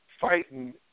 fighting –